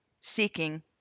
seeking